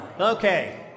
Okay